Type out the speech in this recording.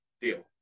deal